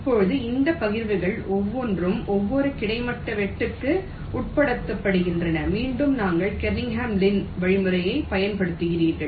இப்போது இந்த பகிர்வுகள் ஒவ்வொன்றும் இப்போது கிடைமட்ட வெட்டுக்கு உட்படுத்தப்படுகின்றன மீண்டும் நீங்கள் கெர்னிகன் லின் வழிமுறையைப் பயன்படுத்துகிறீர்கள்